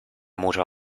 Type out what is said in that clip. motor